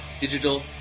digital